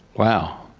wow.